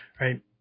Right